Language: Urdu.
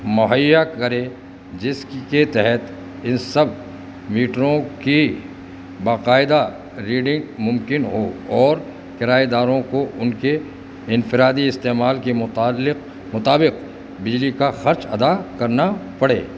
مہیا کرے جس کی کے تحت ان سب میٹروں کی باقاعدہ ریڈنگ ممکن ہو اور کرایہ داروں کو ان کے انفرادی استعمال کے متعلق مطابق بجلی کا خرچ ادا کرنا پڑے